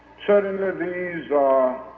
certainly these